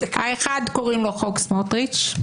האחד קוראים לו "חוק סמוטריץ'",